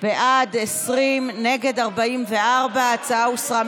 למות במדינה הזאת אי-אפשר.